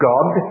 God